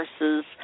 resources